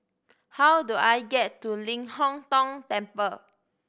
how do I get to Ling Hong Tong Temple